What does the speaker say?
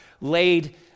laid